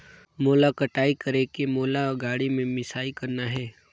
मोला कटाई करेके मोला गाड़ी ले मिसाई करना हे?